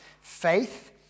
faith